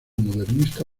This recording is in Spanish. modernista